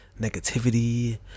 negativity